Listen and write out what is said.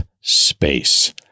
space